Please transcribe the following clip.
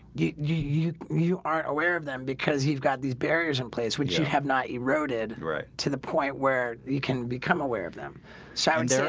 you you aren't aware of them because he's got these barriers in place which have not eroded right to the point where you can become aware of them sound so